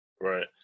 Right